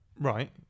Right